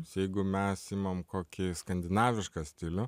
jeigu mes imam kokį skandinavišką stilių